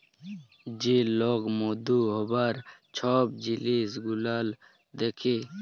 যে লক মধু হ্যবার ছব জিলিস গুলাল দ্যাখে